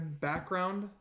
Background